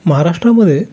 महाराष्ट्रामध्ये